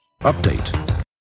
update